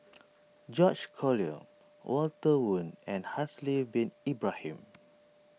George Collyer Walter Woon and Haslir Bin Ibrahim